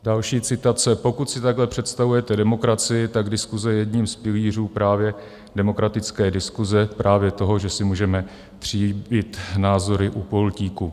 Další citace: Pokud si takhle představujete demokracii, tak diskuse je jedním z pilířů právě demokratické diskuse, právě toho, že si můžeme tříbit názory u pultíku.